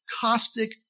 caustic